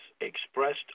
expressed